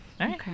Okay